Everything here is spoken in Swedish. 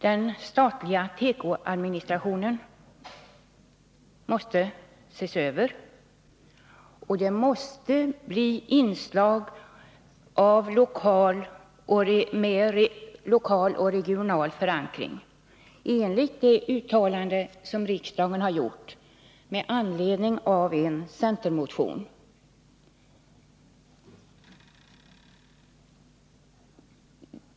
Den statliga tekoadministrationen måste ses över, och det måste bli inslag av lokal och regional förankring enligt det uttalande som riksdagen gjort med anledning av en centermotion.